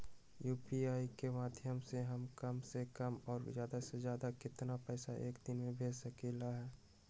UPI के माध्यम से हम कम से कम और ज्यादा से ज्यादा केतना पैसा एक दिन में भेज सकलियै ह?